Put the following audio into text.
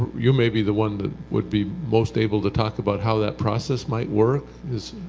you may be the one that would be most able to talk about how that process might work.